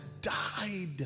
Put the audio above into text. died